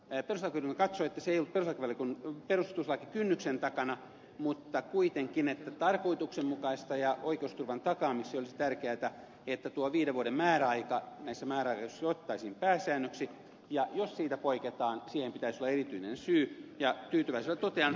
perustuslakivaliokunta katsoi että se ei ollut perustuslakikynnyksen takana mutta kuitenkin että olisi tarkoituksenmukaista ja oikeusturvan takaamiseksi tärkeätä että tuo viiden vuoden määräaika näissä määräaikaisuuksissa otettaisiin pääsäännöksi ja jos siitä poiketaan siihen pitäisi olla erityinen syy